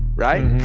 right.